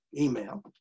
email